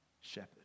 shepherd